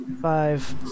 Five